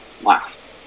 last